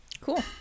Cool